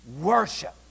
Worship